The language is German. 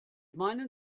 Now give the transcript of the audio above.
meinen